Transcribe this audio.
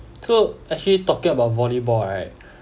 so actually talking about volleyball right